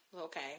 Okay